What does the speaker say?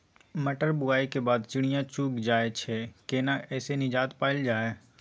मटर बुआई के बाद चिड़िया चुइग जाय छियै केना ऐसे निजात पायल जाय?